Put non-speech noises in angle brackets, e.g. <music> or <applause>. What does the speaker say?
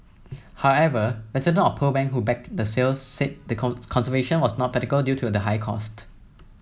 however residents of Pearl Bank who backed the sale said that <unintelligible> conservation was not practical due to the high cost